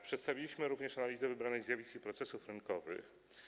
Przedstawiliśmy również analizę wybranych zjawisk i procesów rynkowych.